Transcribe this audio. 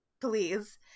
please